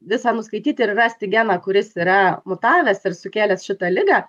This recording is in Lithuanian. visą nuskaityti ir rasti geną kuris yra mutavęs ir sukėlęs šitą ligą